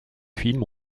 film